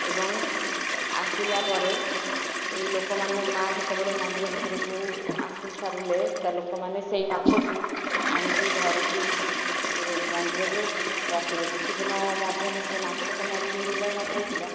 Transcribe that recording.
ଏବଂ ଆସିଲା ପରେ ଲୋକମାନେ ମାଆ ଯେତେବେଳେ ମନ୍ଦିର ଭିତରକୁ ଆସି ସାରିଲେ ତା ଲୋକମାନେ ସେଇ ମାଛକୁ ଆଣିକି ଧରିକି ମନ୍ଦିରରେ ରଖିଲେ କିଛି ଦିନ ମଧ୍ୟରେ ସେ ମାଛ ତ ମରିଯାଇଥିଲା ମରିଯାଇଥିଲା